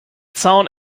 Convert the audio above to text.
zaun